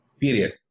Period